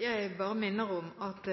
Jeg bare minner om at